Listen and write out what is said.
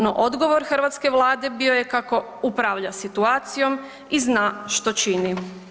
No odgovor hrvatske Vlade bio je kako upravlja situacijom i zna što čini.